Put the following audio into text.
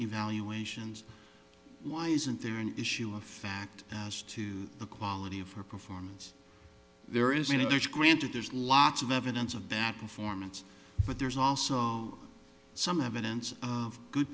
evaluations why isn't there an issue of fact as to the quality of her performance there is a huge granted there's lots of evidence of that performance but there's also some evidence of good